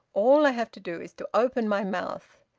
all i have to do is to open my mouth.